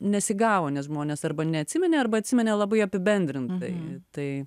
nesigavo nes žmonės arba neatsiminė arba atsiminė labai apibendrintai tai